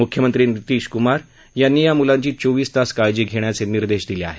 मुख्यमंत्री नितीश कुमार यांनी या मुलांची चोवीस तास काळजी घेण्याचे निर्देश दिले आहेत